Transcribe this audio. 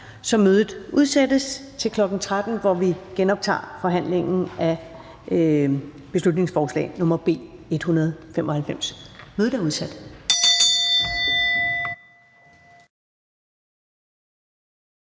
mødet til kl. 13.00, hvor vi genoptager forhandlingen af beslutningsforslag B 195. Mødet er udsat.